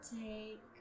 take